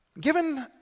Given